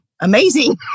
amazing